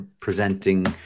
presenting